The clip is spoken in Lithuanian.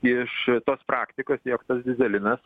iš tos praktikos jog tas dyzelinas